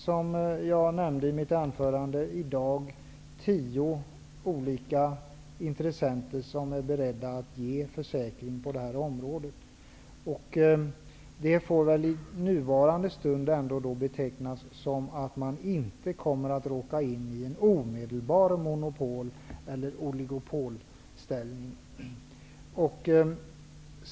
Som jag nämnde i mitt anförande finns det i dag tio olika intressenter som är beredda att erbjuda försäkringar på det här området. Det kan i nuvarande stund betecknas som att man inte kommer att hamna i en omedelbar monopol eller oligopolställning.